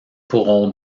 pourront